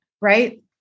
Right